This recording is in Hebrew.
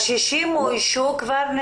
ה-60 אוישו כבר?